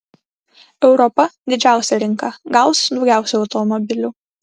europa didžiausia rinka gaus daugiausiai automobilių